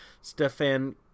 Stefan